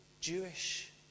Jewish